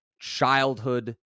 Childhood